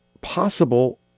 possible